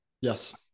yes